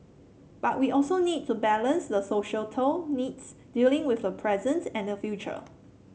but we also need to balance the societal needs dealing with the present and the future